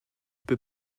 peut